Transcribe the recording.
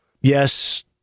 Yes